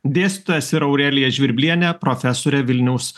dėstytojas ir aurelija žvirblienė profesorė vilniaus